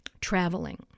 Traveling